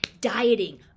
dieting